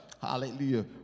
hallelujah